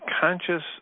conscious